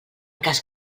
cas